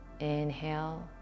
Inhale